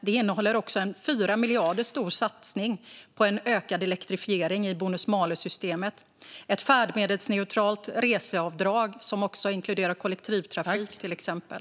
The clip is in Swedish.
Det innehåller också en 4 miljarder stor satsning på en ökad elektrifiering i bonus malus-systemet och ett färdmedelsneutralt reseavdrag som också inkluderar kollektivtrafik, till exempel.